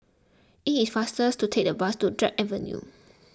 it is faster to take the bus to Drake Avenue